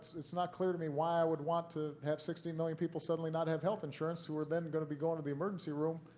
it's not clear to me why i would want to have sixteen million suddenly not have health insurance who are then going to be going to the emergency room,